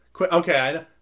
Okay